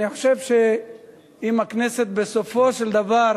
אני חושב שאם הכנסת, בסופו של דבר,